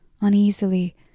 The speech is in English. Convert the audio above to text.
uneasily